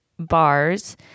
Bars